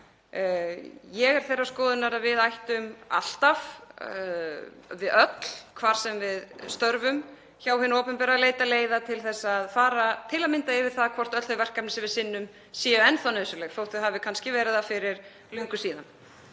Ég er þeirrar skoðunar að við ættum alltaf, við öll, hvar sem við störfum hjá hinu opinbera, að leita leiða til að fara til að mynda yfir það hvort öll þau verkefni sem við sinnum séu enn þá nauðsynleg þótt þau hafi kannski verið það fyrir löngu síðan.